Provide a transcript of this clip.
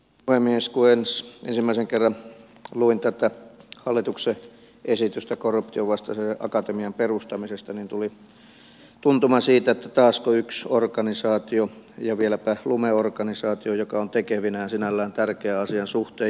kun ensimmäisen kerran luin tätä hallituksen esitystä korruptionvastaisen akatemian perustamisesta niin tuli tuntuma siitä että taasko yksi organisaatio ja vieläpä lumeorganisaatio joka on tekevinään sinällään tärkeän asian suhteen jotain